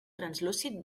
translúcid